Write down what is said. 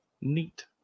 Neat